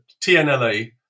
TNLA